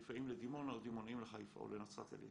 חיפאים לדימונה או דימונאים לחיפה או לנצרת עילית.